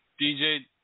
DJ